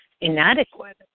inadequate